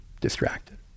distracted